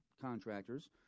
contractors